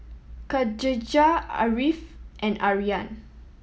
Khadija Ariff and Aryan